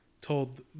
told